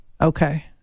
Okay